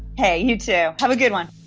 hey, you too. have a good one.